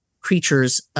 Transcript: creatures